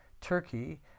Turkey